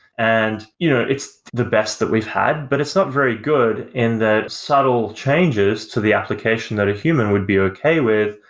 and you know it's the best that we've had, but it's not very good in the subtle changes to the application that a human would be okay with,